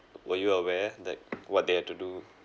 were you aware that what they have to do